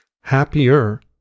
Happier